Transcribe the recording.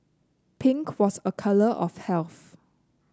pink was a colour of health